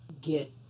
get